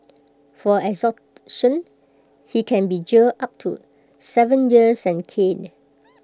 for extortion he can be jailed up to Seven years and caned